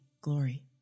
glory